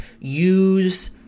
use